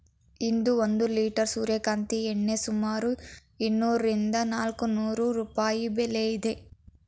ಇಂದು ಒಂದು ಲಿಟರ್ ಸೂರ್ಯಕಾಂತಿ ಎಣ್ಣೆ ಸುಮಾರು ಇನ್ನೂರರಿಂದ ನಾಲ್ಕುನೂರು ರೂಪಾಯಿ ಬೆಲೆ ಇದೆ